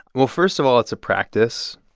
well, first of all, it's a practice.